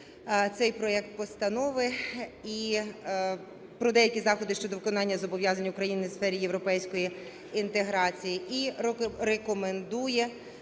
цей проект Постанови про деякі заходи щодо виконання зобов’язань України у сфері європейської інтеграції.